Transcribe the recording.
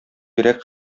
йөрәк